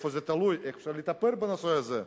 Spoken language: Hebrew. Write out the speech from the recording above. איפה זה תלוי, איך אפשר לטפל בנושא הזה,